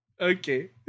okay